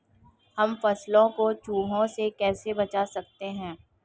हम फसलों को चूहों से कैसे बचा सकते हैं?